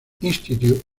institute